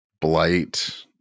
blight